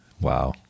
Wow